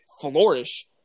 flourish